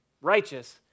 righteous